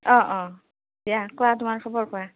অঁ অঁ দিয়া কোৱা তোমাৰ খবৰ কোৱা